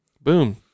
Boom